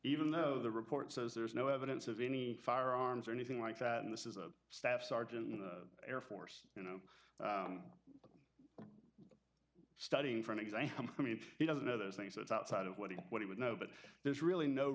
even though the report says there's no evidence of any firearms or anything like that and this is a staff sergeant air force you know studying for an exam i mean if he doesn't know those things it's outside of what he what he would know but there's really no